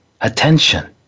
attention